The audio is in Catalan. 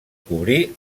cobrir